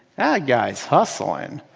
that guy is hustling.